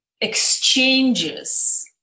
exchanges